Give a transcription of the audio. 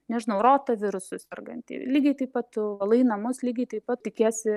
nežinau rotavirusu sergantį lygiai taip pat tu valai namus lygiai taip pat tikiesi